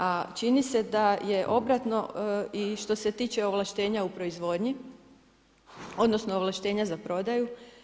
A čini se da je obratno i što se tiče ovlaštenja u proizvodnji, odnosno, ovlaštenja za prodaju.